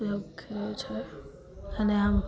ઉપયોગ કરે છે અને આમ